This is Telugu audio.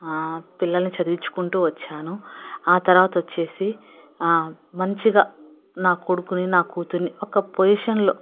పిల్లల్ని చదివించుకుంటూ వచ్చాను ఆ తర్వాత వచ్చేసి మంచిగా నా కొడుకుని నా కూతురుని ఒక పొజిషన్లో